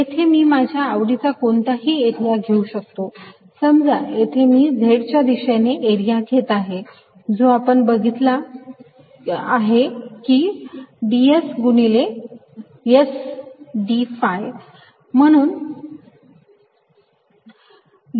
येथे मी माझ्या आवडीचा कोणताही एरिया घेऊ शकतो समजा येथे मी z च्या दिशेने एरिया घेत आहे जो आपण बघितला की आहे ds गुणिले S d phi